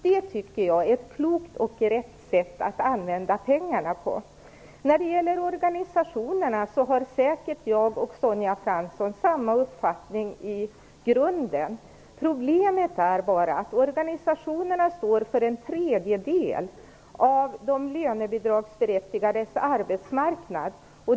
Det tycker jag är ett klokt och riktigt sätt att använda pengarna på. När det gäller organisationerna har Sonja Fransson och jag säkert samma uppfattning i grunden. Problemet är att organisationerna står för en tredjedel av de lönebidragsberättigades arbetsmarknad.